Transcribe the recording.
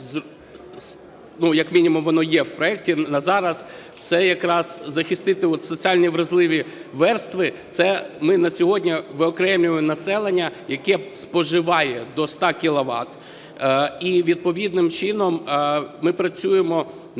як мінімум воно є в проекті на зараз, це якраз захистити соціально вразливі верстви, це ми на сьогодні виокремлюємо населення, яке споживає до 100 кіловат і відповідним чином ми працюємо